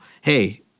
hey